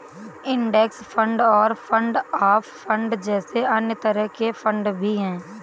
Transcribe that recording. index fund और fund of fund जैसे अन्य तरह के फण्ड भी हैं